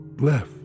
left